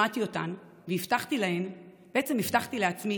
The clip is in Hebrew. שמעתי אותן והבטחתי להן, בעצם הבטחתי לעצמי,